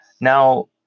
Now